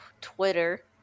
Twitter